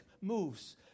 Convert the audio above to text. moves